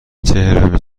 چهلمین